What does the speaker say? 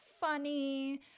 funny